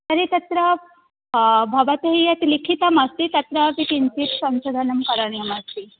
तर्हि तत्र भवते यत् लिखितम् अस्ति तत्र अपि किञ्चित् संशोधनं करणीयमस्ति